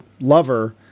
lover